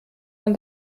man